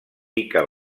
pica